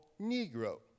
Negro